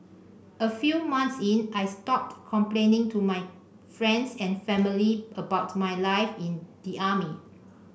a few months in I stopped complaining to my friends and family about my life in the army